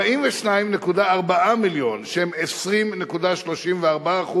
42.4 מיליון, שהם 20.34%,